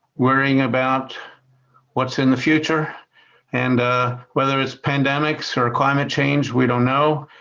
worrying about what's in the future and ah whether it's pandemics or climate change, we don't know.